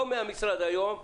לא מהמשרד היום,